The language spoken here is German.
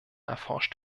erforscht